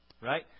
right